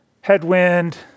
headwind